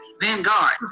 Vanguard